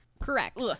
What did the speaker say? correct